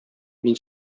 мин